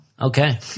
Okay